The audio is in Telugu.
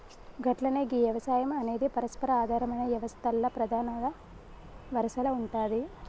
గట్లనే గీ యవసాయం అనేది పరస్పర ఆధారమైన యవస్తల్ల ప్రధానల వరసల ఉంటాది